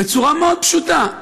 בצורה מאוד פשוטה.